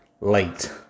late